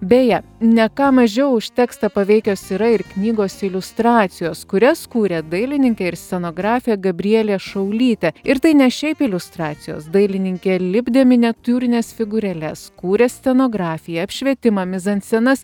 beje ne ką mažiau už tekstą paveikios yra ir knygos iliustracijos kurias kūrė dailininkė ir scenografė gabrielė šaulytė ir tai ne šiaip iliustracijos dailininkė lipdė miniatiūrines figūrėles kūrė scenografiją apšvietimą mizanscenas